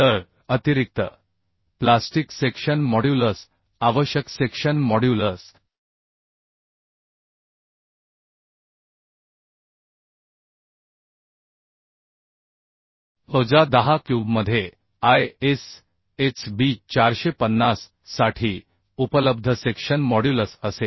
तर अतिरिक्त plastic section modulus आवश्यक सेक्शन मॉड्युलस वजा 10 क्यूबमध्ये ISHB 450 साठी उपलब्ध सेक्शन मॉड्युलस असेल